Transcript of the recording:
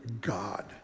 God